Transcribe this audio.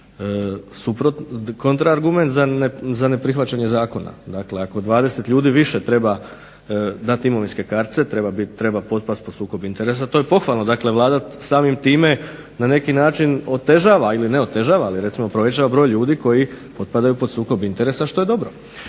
kontra argument za neprihvaćanje zakona. Dakle, ako 20 ljudi više treba dati imovinske kartice, treba potpasti pod sukob interesa, to je pohvalno. Vlada samim time otežava ili ne otežava ali recimo povećava broj ljudi koji potpadaju pod sukob interesa što je dobro.